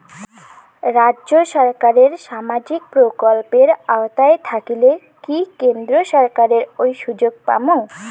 রাজ্য সরকারের সামাজিক প্রকল্পের আওতায় থাকিলে কি কেন্দ্র সরকারের ওই সুযোগ পামু?